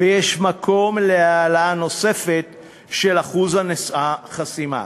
וכי יש מקום להעלאה נוספת של אחוז החסימה."